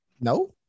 No